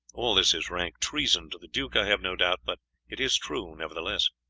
all this is rank treason to the duke, i have no doubt, but it is true nevertheless.